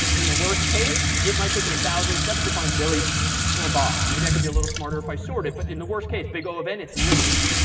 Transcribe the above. in the worst case, it might take me one thousand steps to find billy or bob. maybe i could be a little smarter if i sort it. but in the worst case, big o of n, it's linear.